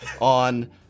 on